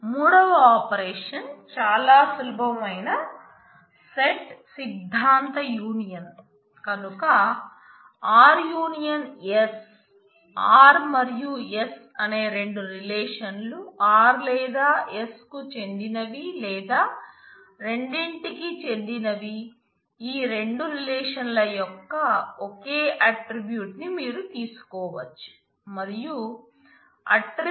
మూడవ ఆపరేషన్ లు ఉండాలి